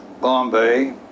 Bombay